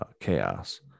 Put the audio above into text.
chaos